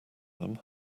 them